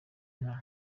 nka